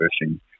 fishing